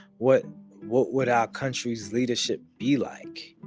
what what would our country's leadership be like?